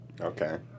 Okay